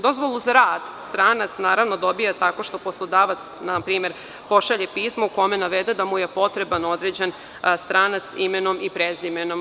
Dozvolu za rad stranac dobija tako što poslodavac na primer pošalje pismo u kome navede da mu je potreban određen strana imenom i prezimenom.